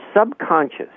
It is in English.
subconscious